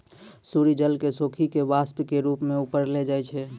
सूर्य जल क सोखी कॅ वाष्प के रूप म ऊपर ले जाय छै